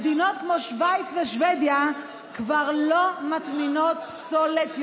4 מיליארד שקל --- מדינות כמו שווייץ ושבדיה כבר לא מטמינות פסולת.